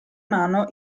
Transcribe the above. mano